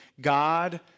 God